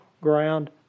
ground